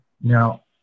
now